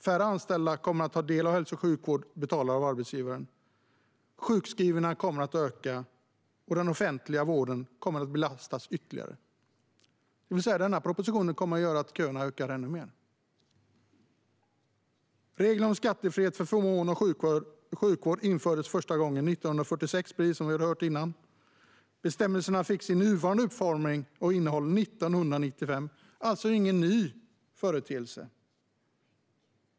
Färre anställda kommer att ta del av hälso och sjukvård som är betald av arbetsgivaren. Sjukskrivningarna kommer att öka. Och den offentliga vården kommer att belastas ytterligare. Det som föreslås i den här propositionen kommer alltså att leda till att köerna ökar ännu mer. Regler om skattefrihet för förmån av sjukvård infördes första gången 1946, vilket vi hörde tidigare. Bestämmelserna fick nuvarande utformning och innehåll 1995. Det är alltså ingen ny företeelse.